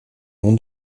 l’on